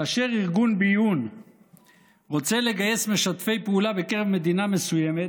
כאשר ארגון ביון רוצה לגייס משתפי פעולה בקרב מדינה מסוימת,